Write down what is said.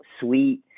sweet